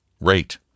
rate